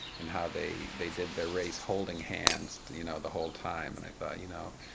and how they they did their race holding hands, you know, the whole time. and i thought, you know,